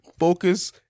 focus